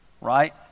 right